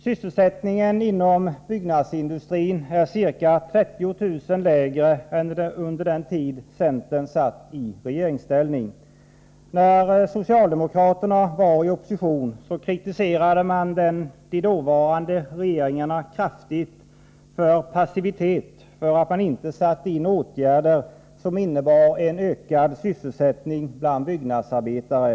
Sysselsättningen inom byggnadsindustrin är ca 30 000 lägre än under den tid centern satt i regeringsställning. När socialdemokraterna var i opposition kritiserade socialdemokraterna de dåvarande regeringarna kraftigt för passivitet på grund av att man inte satte in åtgärder som innebar en ökad sysselsättning bland byggnadsarbetare.